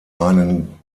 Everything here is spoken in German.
einen